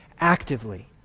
actively